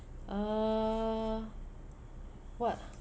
uh what